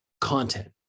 content